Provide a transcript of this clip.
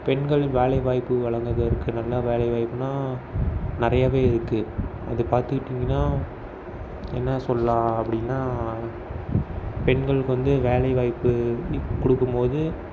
பெண்களின் வேலை வாய்ப்பு வழங்குவதற்கு நல்ல வேலை வாய்ப்புனா நிறையாவே இருக்கு அது பார்த்துக்கிட்டிங்கனா என்ன சொல்லாம் அப்படின்னா பெண்களுக்கு வந்து வேலை வாய்ப்பு கொடுக்கும்போது